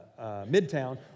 Midtown